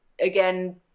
again